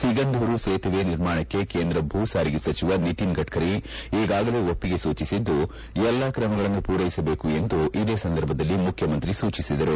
ಸಿಗಂಧೂರು ಸೇತುವೆ ನಿರ್ಮಾಣಕ್ಕೆ ಕೇಂದ್ರ ಭೂಸಾರಿಗೆ ಸಚಿವ ನಿತಿನ್ ಗಡ್ಡರಿ ಈಗಾಗಲೇ ಒಪ್ಪಿಗೆ ಸೂಚಿಸಿದ್ದು ಎಲ್ಲಾ ಕ್ರಮಗಳನ್ನು ಪೂರೈಸಬೇಕು ಎಂದು ಇದೇ ಸಂದರ್ಭದಲ್ಲಿ ಮುಖ್ಯಮಂತ್ರಿ ಸೂಚಿಸಿದರು